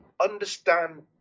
understand